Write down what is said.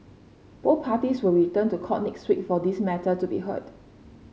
both parties will return to court next week for this matter to be heard